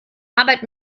arbeit